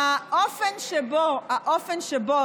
האופן שבו, חצי שקל.